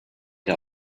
der